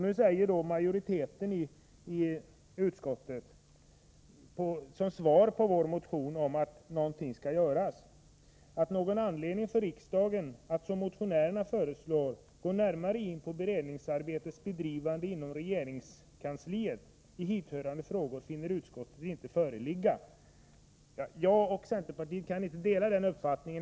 Nu säger majoriteten i utskottet, då vi i vår motion krävt olika åtgärder: ”Någon anledning för riksdagen att som motionärerna föreslår gå närmare in på beredningsarbetets bedrivande inom regeringskansliet i hithörande frågor finner utskottet inte föreligga.” Jag och centerpartiet kan inte dela denna uppfattning.